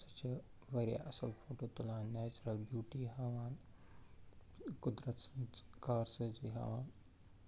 سۄ چھِ واریاہ اَصٕل فوٹو تُلان نٮ۪چرَل بیوٗٹی ہاوان قدرت سٔنٛز کارسٲزی ہاوان